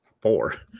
four